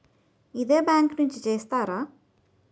ఇదే బ్యాంక్ నుంచి చేస్తారా?